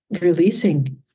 releasing